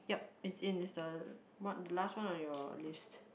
yup it's in it's the one last one on your list